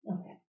Okay